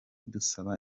dusaba